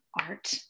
art